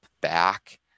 back